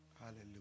Hallelujah